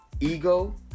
ego